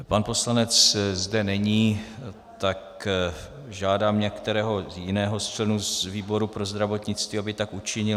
Pan poslanec zde není, tak žádám některého jiného z členů výboru pro zdravotnictví, aby tak učinil.